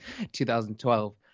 2012